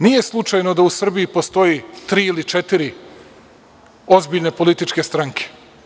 Nije slučajno da u Srbiji postoji tri ili četiri ozbiljne političke stranke.